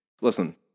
Listen